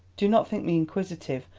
do not think me inquisitive.